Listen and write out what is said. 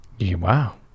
Wow